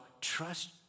trust